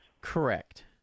Correct